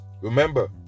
remember